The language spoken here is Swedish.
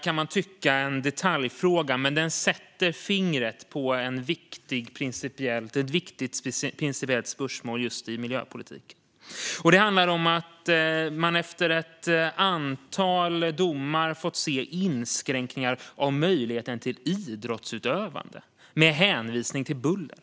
Det kan tyckas vara en detaljfråga, men den sätter fingret på ett viktigt principiellt spörsmål i miljöpolitiken. Det handlar om att vi efter ett antal domar har fått se inskränkningar av möjligheten till idrottsutövande med hänvisning till buller.